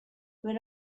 when